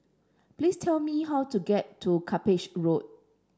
please tell me how to get to Cuppage Road